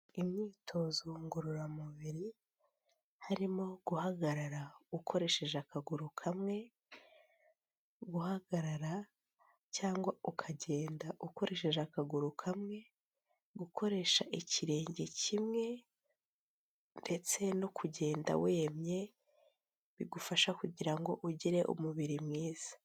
Imyitozo ngororamubiri harimo guhagarara ukoresheje akaguru kamwe, guhagarara cyangwa ukagenda ukoresheje akaguru kamwe, gukoresha ikirenge kimwe ndetse no kugenda wemye, bigufasha kugira ngo ugire umubiri mwiza.